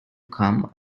come